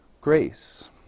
grace